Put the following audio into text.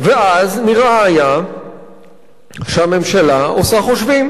ואז נראה היה שהממשלה עושה חושבים.